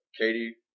Katie